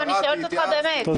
אני שואלת אותך באמת.